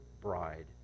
bride